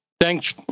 Thanks